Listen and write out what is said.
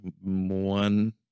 one